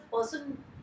person